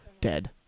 dead